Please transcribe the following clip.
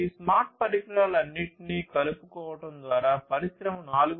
ఈ స్మార్ట్ పరికరాలన్నింటినీ కలుపుకోవడం ద్వారా పరిశ్రమ 4